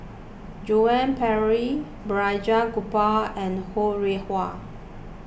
Joan Pereira Balraj Gopal and Ho Rih Hwa